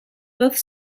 both